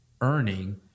earning